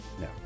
No